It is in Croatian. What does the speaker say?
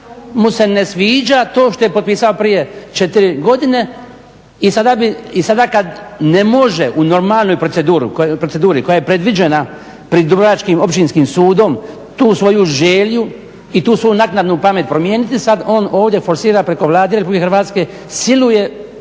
mu se ne sviđa to što je potpisao prije četiri godine. I sada kad ne može u normalnoj proceduri koja je predviđena pri dubrovačkim Općinskim sudom tu svoju želju i tu svoju naknadnu pamet promijeniti sad on ovdje forsira preko Vlade RH, siluje